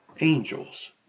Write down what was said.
angels